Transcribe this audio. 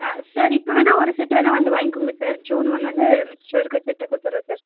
ஆ sir இப்போ வேணால் ஒரு செட்டு வேணால் வந்து வாங்கிக்கோங்க சார் ஜூன் ஒன்று வந்து மிச்சம் இருக்க செட்டை கொடுத்துட்றோம் சார்